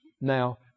now